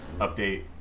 update